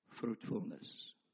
fruitfulness